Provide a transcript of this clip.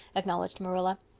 acknowledged marilla.